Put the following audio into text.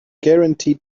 granted